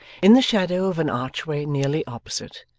in the shadow of an archway nearly opposite,